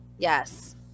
Yes